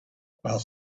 while